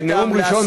משפט אחרון.